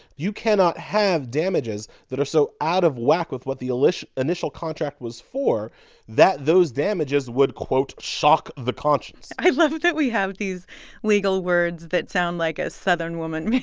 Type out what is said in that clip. you cannot have damages that are so out of whack with what the initial initial contract was for that those damages would, quote, shock the conscience. i love that we have these legal words that sound like a southern woman